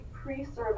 pre-service